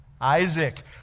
Isaac